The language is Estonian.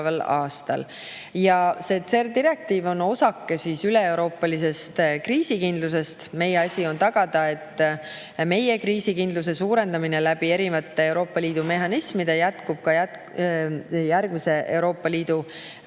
aastal. CER direktiiv on osake üleeuroopalisest kriisikindlusest. Meie asi on tagada, et meie kriisikindluse suurendamine erinevate Euroopa Liidu mehhanismide kaudu jätkub ka järgmise Euroopa